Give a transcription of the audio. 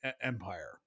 Empire